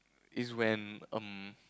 is when um